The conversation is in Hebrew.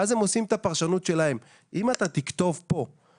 ואז הם עושים את הפרשנות שלהם אם אתה תכתוב פה כמה